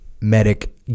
medic